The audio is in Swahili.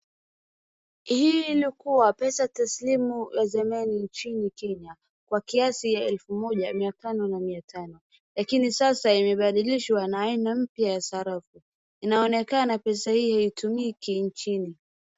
hii ilikuwa pesa taslimu ya zamani nchini kenya kwa kiasi ya elfu moja mia tano na mia tano lakini sasa imebaadilishwa na mpya ya sarafu inaonekana pesa hii haitumiki nchini